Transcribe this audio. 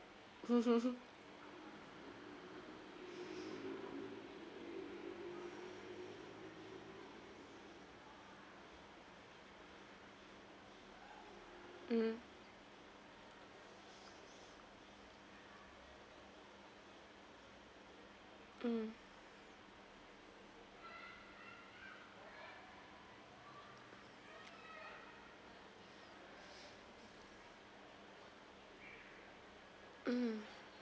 mm mm mm